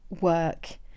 work